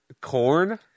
Corn